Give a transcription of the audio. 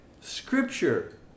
Scripture